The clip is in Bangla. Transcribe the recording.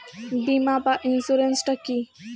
বিমা বা ইন্সুরেন্স টা কি?